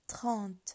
Trente